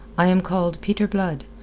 i am called peter blood,